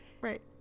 Right